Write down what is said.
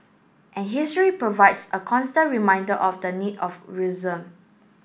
and history provides a constant reminder of the need of